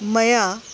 मया